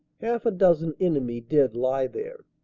half a dozen enemy dead lie there,